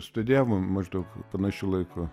studijavom maždaug panašiu laiku